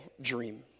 dream